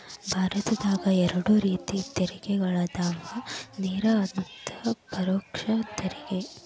ಭಾರತದಾಗ ಎರಡ ರೇತಿ ತೆರಿಗೆಗಳದಾವ ನೇರ ಮತ್ತ ಪರೋಕ್ಷ ತೆರಿಗೆ